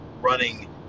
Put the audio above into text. running